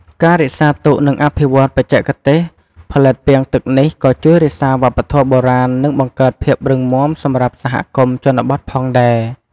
ការរក្សាទុក និងអភិវឌ្ឍបច្ចេកទេសផលិតពាងទឹកនេះ ក៏ជួយរក្សាវប្បធម៌បុរាណ និងបង្កើតភាពរឹងមាំសម្រាប់សហគមន៍ជនបទផងដែរ។